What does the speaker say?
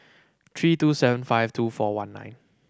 three two seven five two four one nine